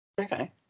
okay